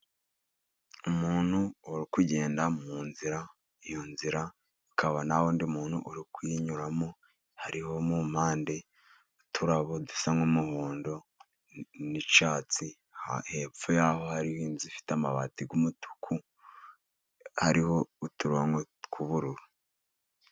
Umuntu uri kugenda mu nzira. Iyo nzira ikaba nta wundi muntu uri kuyinyuramo. Hariho mu mpande uturabo dusa nk'umuhondo n'icyatsi, hepfo yaho hari inzu ifite amabati y'umutuku ariho uturongo tw'ubururu.